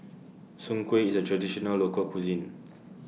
Soon Kueh IS A Traditional Local Cuisine